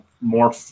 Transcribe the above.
more